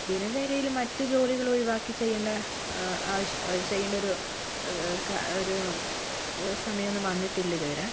ദിനചര്യയില് മറ്റ് ജോലികളൊഴിവാക്കി ചെയ്യണ്ട ആ ആവശ് ചെയ്യണ്ട ഒരു ഒരു സമയമൊന്നും വന്നിട്ടില്ലിതുവരെ